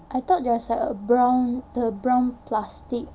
I thought there's like a brown the brown plastic